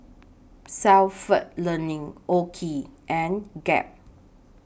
Stalford Learning OKI and Gap